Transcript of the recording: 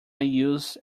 used